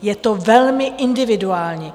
Je to velmi individuální.